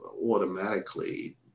automatically